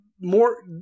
more